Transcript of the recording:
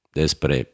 despre